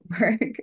work